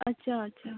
अच्छा अच्छा